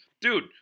dude